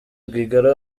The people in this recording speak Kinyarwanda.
rwigara